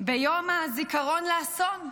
ביום הזיכרון לאסון.